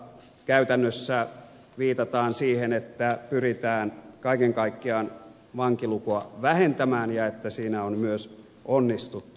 käytännössä viitataan siihen että pyritään kaiken kaikkiaan vankilukua vähentämään ja että siinä on myös onnistuttu